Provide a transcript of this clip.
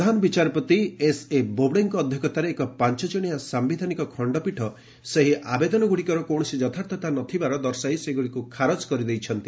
ପ୍ରଧାନ ବିଚାରପତି ଏସ୍ଏ ବୋବଡେଙ୍କ ଅଧ୍ୟକ୍ଷତାରେ ଏକ ପାଞ୍ଚ ଜଣିଆ ସାୟିଧାନିକ ଖଣ୍ଡପୀଠ ସେହି ଆବେଦନଗୁଡ଼ିକର କୌଣସି ଯଥାର୍ଥତା ନଥିବାର ଦର୍ଶାଇ ସେଗୁଡ଼ିକୁ ଖାରଜ କରିଦେଇଛନ୍ତି